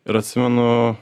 ir atsimenu